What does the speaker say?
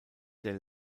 der